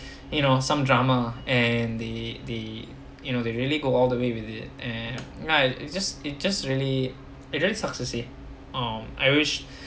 you know some drama and they they you know they really go all the way with it and right it just it just really it really sucks to say um I wish